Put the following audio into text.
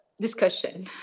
discussion